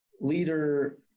leader